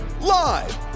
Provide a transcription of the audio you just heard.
live